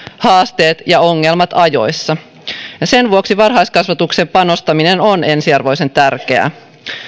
haasteet ja ongelmat ajoissa ja sen vuoksi varhaiskasvatukseen panostaminen on ensiarvoisen tärkeää